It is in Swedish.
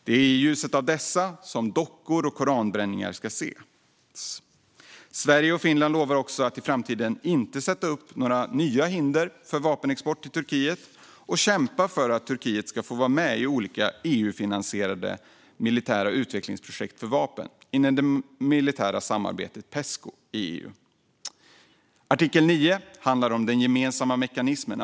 Det är i ljuset av detta som dockor och koranbränningar ska ses. Sverige och Finland lovar också att i framtiden inte sätta upp några nya hinder för vapenexport till Turkiet och kämpa för att Turkiet ska få vara med i olika EU-finansierade militära utvecklingsprojekt för vapen inom EU:s militära samarbete Pesco. Artikel 9 handlar om den gemensamma mekanismen.